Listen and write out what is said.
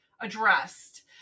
addressed